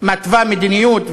מתווה מדיניות,